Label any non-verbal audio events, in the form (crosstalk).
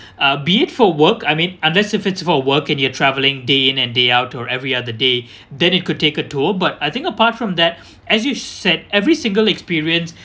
uh be it for work I mean unless if it's for work can you travelling day in and day out or every other day (breath) then you could take a tour but I think apart from that as you said every single experience